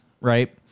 right